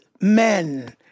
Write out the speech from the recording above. men